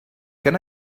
can